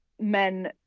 men